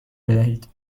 بدهید